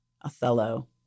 Othello